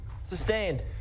Sustained